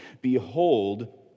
behold